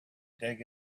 dig